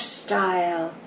style